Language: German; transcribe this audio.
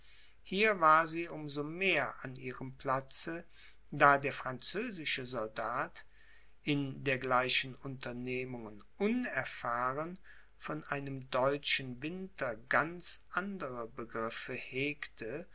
hier war sie um so mehr an ihrem platze da der französische soldat in dergleichen unternehmungen unerfahren von einem deutschen winter ganz andere begriffe hegte